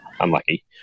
unlucky